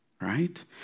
right